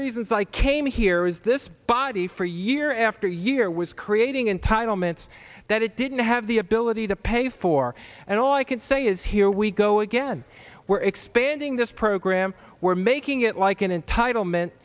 reasons i came here was this body for year after year was creating entitlements that it didn't have the ability to pay for and all i can say is here we go again we're expanding this program we're making it like an entitlement